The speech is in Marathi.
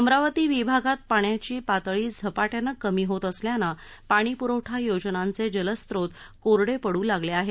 अमरावती विभागात पाण्याची पातळी झपाट्यानं कमी होत असल्यानं पाणीप्रवठा योजनांचे जलस्रोत कोरडे पडू लागले आहेत